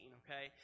okay